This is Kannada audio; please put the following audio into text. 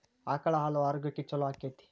ಆಕಳ ಹಾಲು ಆರೋಗ್ಯಕ್ಕೆ ಛಲೋ ಆಕ್ಕೆತಿ?